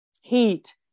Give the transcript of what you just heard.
heat